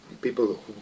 people